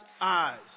eyes